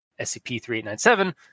SCP-3897